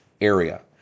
area